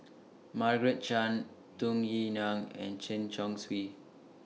Margaret Chan Tung Yue Nang and Chen Chong Swee